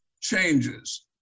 changes